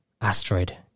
asteroid